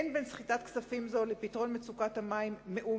אין בין סחיטת כספים זו לפתרון מצוקת המים מאומה.